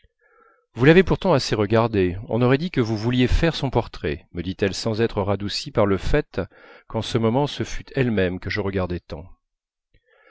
vous l'avez pourtant assez regardée on aurait dit que vous vouliez faire son portrait me dit-elle sans être radoucie par le fait qu'en ce moment ce fût elle-même que je regardais tant